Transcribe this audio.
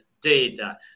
data